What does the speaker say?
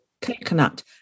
coconut